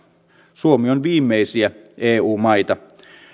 suomi on viimeisiä eu maita